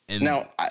Now